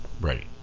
Right